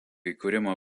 įkūrimo